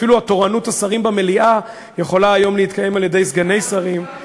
אפילו תורנות השרים במליאה יכולה היום להתקיים על-ידי סגני שרים,